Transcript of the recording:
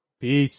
Peace